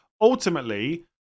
Ultimately